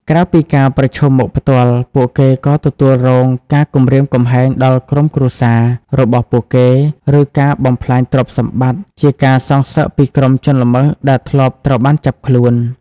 ក្រៅពីការប្រឈមមុខផ្ទាល់ ពួកគេក៏ទទួលរងការ គំរាមកំហែងដល់ក្រុមគ្រួសារ របស់ពួកគេ ឬការ បំផ្លាញទ្រព្យសម្បត្តិ ជាការសងសឹកពីក្រុមជនល្មើសដែលធ្លាប់ត្រូវបានចាប់ខ្លួន។